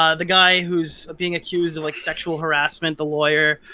ah the guy who's being accused of, like, s-xual harassment, the lawyer,